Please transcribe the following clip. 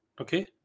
okay